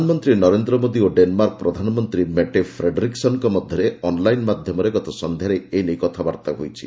ପ୍ରଧାନମନ୍ତ୍ରୀ ନରେନ୍ଦ୍ର ମୋଦୀ ଓ ଡେନ୍ମାର୍କ ପ୍ରଧାନମନ୍ତ୍ରୀ ମେଟେ ଫ୍ରେଡ୍ରିକସନ୍ଙ୍କ ମଧ୍ୟରେ ଅନ୍ଲାଇନ୍ ମାଧ୍ୟମରେ ଗତସନ୍ଧ୍ୟାରେ ଏ ନେଇ କଥାବାର୍ତ୍ତା ହୋଇଛି